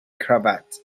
cravat